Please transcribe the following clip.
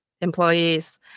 employees